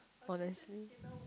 honestly